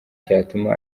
cyatuma